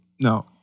no